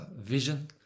vision